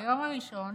ביום הראשון